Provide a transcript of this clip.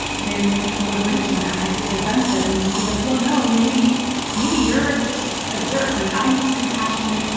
when people would mention that i'd get defensive and just be like well no maybe maybe you're just a jerk, like i'm just compassionate,